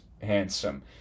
handsome